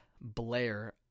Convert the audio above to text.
Blair